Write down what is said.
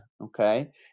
Okay